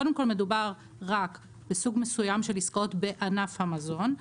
קודם כל מדובר רק בסוג מסוים של עסקאות בענף המזון,